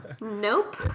nope